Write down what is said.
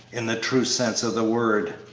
in the true sense of the word.